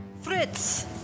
Fritz